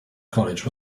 college